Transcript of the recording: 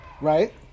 right